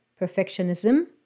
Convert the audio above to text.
perfectionism